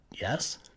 yes